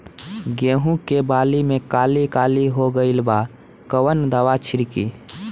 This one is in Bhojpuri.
गेहूं के बाली में काली काली हो गइल बा कवन दावा छिड़कि?